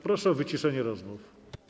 Proszę o wyciszenie rozmów.